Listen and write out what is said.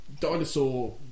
dinosaur